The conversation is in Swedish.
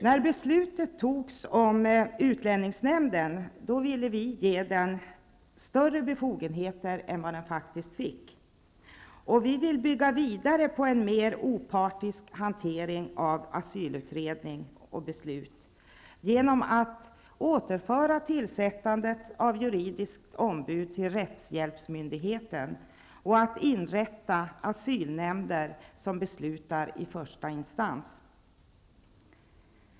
När beslutet om utlänningsnämnden togs ville vi ge den större befogenheter än vad den faktiskt fick, och vi vill bygga vidare på en mer opartisk hantering av asylutredning och beslut genom att återföra tillsättandet av juridiskt ombud till rättshjälpsmyndigheten och genom att inrätta asylnämnder som beslutar i första instans.